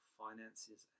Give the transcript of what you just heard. finances